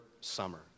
Summer